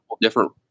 different